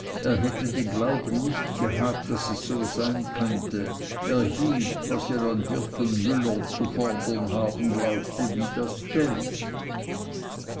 er hätte den glauben nicht gehabt daß es so sein könnte er hielt was er an wirt und müller zu fordern zu haben glaubte wie bar geld